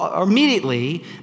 Immediately